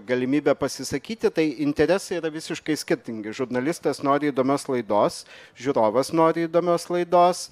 galimybę pasisakyti tai interesai yra visiškai skirtingi žurnalistas nori įdomios laidos žiūrovas nori įdomios laidos